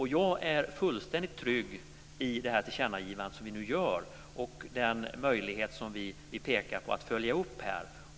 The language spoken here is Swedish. Jag är fullständigt trygg i det tillkännagivande vi nu gör och den möjlighet vi pekar på att följa upp.